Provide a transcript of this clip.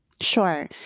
Sure